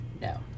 No